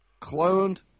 cloned